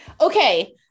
Okay